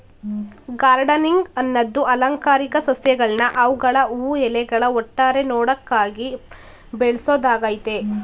gardening ಅನ್ನದು ಅಲಂಕಾರಿಕ ಸಸ್ಯಗಳ್ನ ಅವ್ಗಳ ಹೂ ಎಲೆಗಳ ಒಟ್ಟಾರೆ ನೋಟಕ್ಕಾಗಿ ಬೆಳ್ಸೋದಾಗಯ್ತೆ